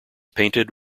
painted